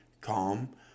calm